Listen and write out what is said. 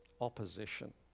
Opposition